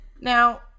now